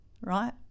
right